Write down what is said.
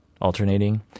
alternating